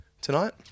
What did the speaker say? tonight